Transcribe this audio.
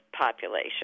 population